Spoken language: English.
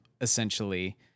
essentially